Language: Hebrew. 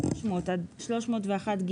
300 עד 301ג,